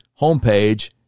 Homepage